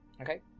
Okay